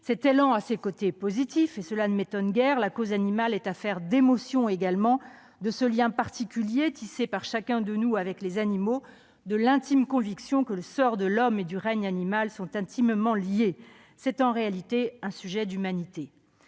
Cet élan a des côtés positifs, et cela ne m'étonne guère : la cause animale est aussi affaire d'émotions ; elle a à voir avec ce lien particulier tissé par chacun de nous avec les animaux, avec l'intime conviction que le sort de l'homme et celui du règne animal sont intimement liés. C'est en réalité un enjeu qui